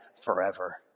forever